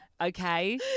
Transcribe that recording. Okay